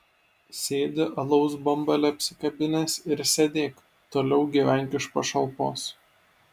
sėdi alaus bambalį apsikabinęs ir sėdėk toliau gyvenk iš pašalpos